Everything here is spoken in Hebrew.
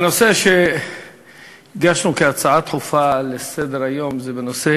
הנושא שהגשנו כהצעה דחופה לסדר-היום הוא נושא